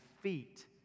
feet